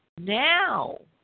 now